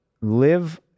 live